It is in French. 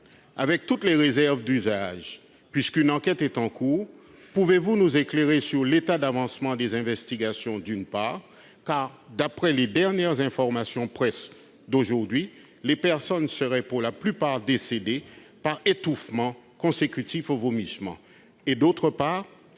Avec toutes les réserves d'usage, une enquête étant en cours, pouvez-vous nous éclairer sur l'état d'avancement des investigations ? D'après les dernières informations parues dans la presse aujourd'hui, les personnes seraient pour la plupart décédées par étouffement consécutif aux vomissements. Par ailleurs,